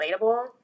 relatable